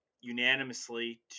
unanimously